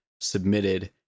submitted